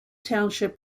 township